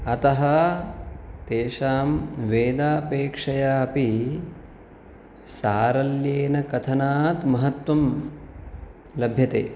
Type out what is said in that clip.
अतः तेषां वेदापेक्षया अपि सारल्येन कथनात् महत्त्वं लभ्यते